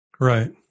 right